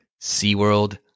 SeaWorld